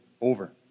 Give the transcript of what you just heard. over